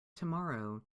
tomorrow